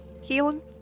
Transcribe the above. healing